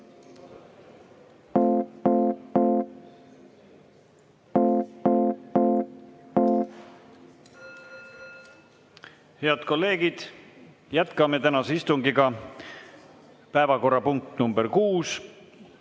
Head kolleegid, jätkame tänast istungit. Päevakorrapunkt nr 6: